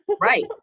Right